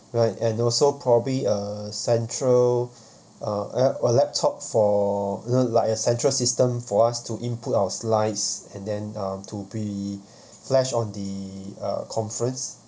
right and also probably a central a laptop for you know like a central system for us to input our slides and then uh to be flash on the uh conference